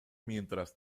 mientras